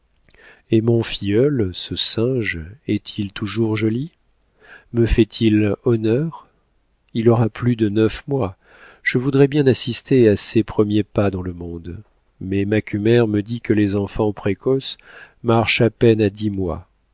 et mon filleul ce singe est-il toujours joli me fait-il honneur il aura plus de neuf mois je voudrais bien assister à ses premiers pas dans le monde mais macumer me dit que les enfants précoces marchent à peine à dix mois